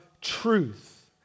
truth